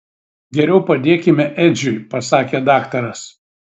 geriau padėkime edžiui pasakė daktaras